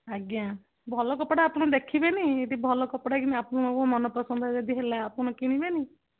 ଆଜ୍ଞା ଭଲ କପଡ଼ା ଆପଣ ଦେଖିବେନି ଏଠି ଭଲ କପଡ଼ା କି ଆପଣଙ୍କୁ ମନ ପସନ୍ଦ ଯଦି ହେଲା ଆପଣ କିଣିବେନି